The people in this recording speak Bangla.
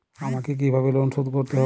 আমাকে কিভাবে লোন শোধ করতে হবে?